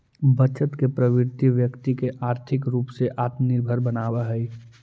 बचत के प्रवृत्ति व्यक्ति के आर्थिक रूप से आत्मनिर्भर बनावऽ हई